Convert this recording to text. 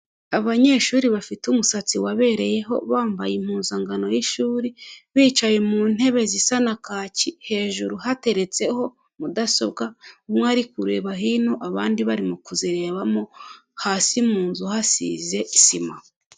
Abanyeshuri bafite umusatsi wabereyeho bambaye impuzankano y'ishuri bicaye mu ntebe zisa na kaki, hejuru hateretseho mudasobwa umwe ari kureba hino abandi barimo kuzirebamo, hasi mu nzu hasize isima.